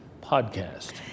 podcast